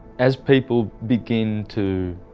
as people begin to